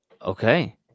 Okay